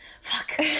Fuck